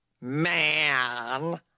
Man